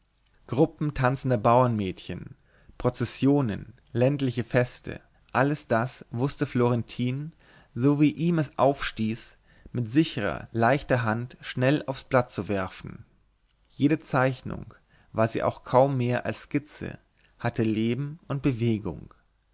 gruppen tanzender bauernmädchen prozessionen ländliche feste alles das wußte florentin so wie es ihm aufstieß mit sichrer leichter hand schnell aufs blatt zu werfen jede zeichnung war sie auch kaum mehr als skizze hatte leben und bewegung